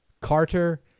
Carter